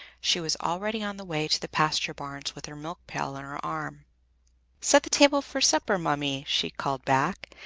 she was already on the way to the pasture bars with her milk-pail on her arm set the table for supper, ma mie, she called back,